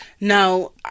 now